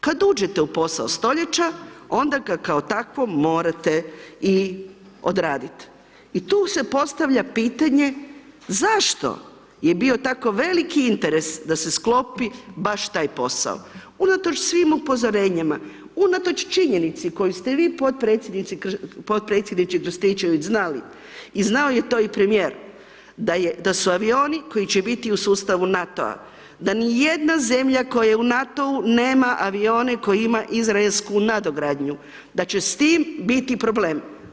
Kad uđete u posao stoljeća onda ga kao takvog morate i odradit i tu se postavlja pitanje zašto je bio tako veliki interes da se sklopi baš taj posao, unatoč svim upozorenjima, unatoč činjenici koju ste vi potpredsjedniče Krstičević znali i znao je to i premijer da su avioni koji će biti u sustavu NATO-a da nijedna zemlja koja je u NATO-u nema avione koji ima izraelsku nadogradnju, da će s tim biti problem.